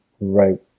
right